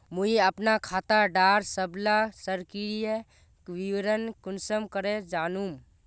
मुई अपना खाता डार सबला सक्रिय विवरण कुंसम करे जानुम?